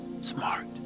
smart